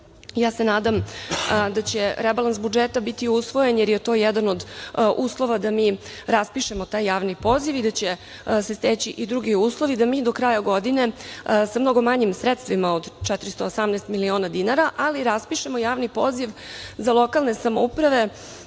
Ja se nadam da će rebalans budžeta biti usvojen, jer je to jedan od uslova da mi raspišemo taj javni poziv i da će se steći i drugi uslovi da mi do kraja godine, sa mnogo manjim sredstvima od 418 miliona dinara, raspišemo javni poziv za lokalne samouprave